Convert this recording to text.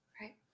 Right